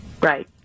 Right